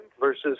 versus